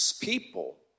People